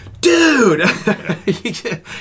dude